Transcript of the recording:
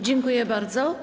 Dziękuję bardzo.